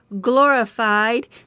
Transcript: glorified